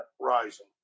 rising